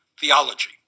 theology